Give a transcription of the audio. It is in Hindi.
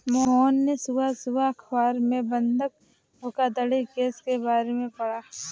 मोहन ने सुबह सुबह अखबार में बंधक धोखाधड़ी केस के बारे में पढ़ा